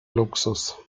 luxus